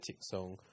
song